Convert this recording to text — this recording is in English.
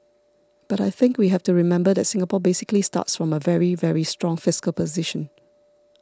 but I think we have to remember that Singapore basically starts from a very very strong fiscal position